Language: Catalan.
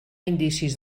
indicis